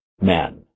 men